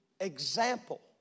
example